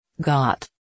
Got